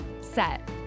set